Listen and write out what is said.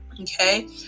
Okay